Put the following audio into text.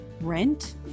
rent